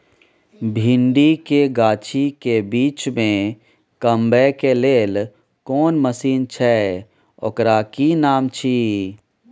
भिंडी के गाछी के बीच में कमबै के लेल कोन मसीन छै ओकर कि नाम छी?